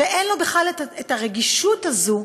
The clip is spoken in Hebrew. שאין לו בכלל את הרגישות הזאת,